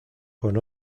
con